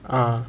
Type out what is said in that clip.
ah